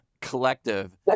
collective